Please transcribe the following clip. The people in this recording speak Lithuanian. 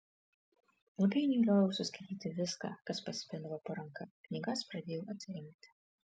ilgainiui lioviausi skaityti viską kas pasipindavo po ranka knygas pradėjau atsirinkti